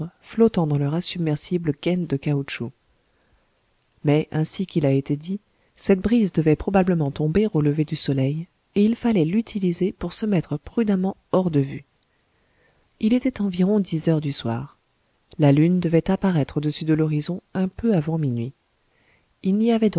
flottant dans leur insubmersible gaine de caoutchouc mais ainsi qu'il a été dit cette brise devait probablement tomber au lever du soleil et il fallait l'utiliser pour se mettre prudemment hors de vue il était environ dix heures du soir la lune devait apparaître audessus de l'horizon un peu avant minuit il n'y avait